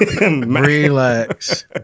Relax